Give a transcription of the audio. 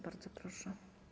Bardzo proszę.